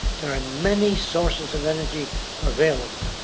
there are many sources of energy available.